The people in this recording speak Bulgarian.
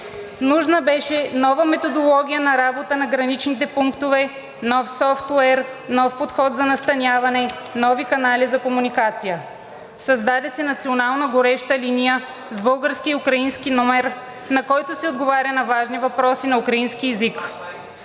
Нужна беше нова методология на работа на граничните пунктове, нов софтуер, нов подход за настаняване, нови канали за комуникация. Създаде се национална гореща линия с български и украински номер, на който се отговаря на важни въпроси на украински език.